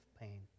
pain